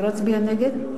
אני לא אצביע נגד,